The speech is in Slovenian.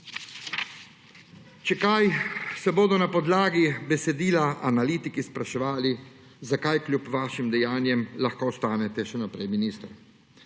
Če kaj, se bodo na podlagi besedila analitiki spraševali, zakaj kljub vašim dejanjem lahko ostanete še naprej minister.